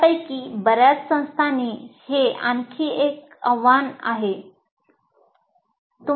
यापैकी बर्याच संस्थांना हे आणखी एक आव्हान आहे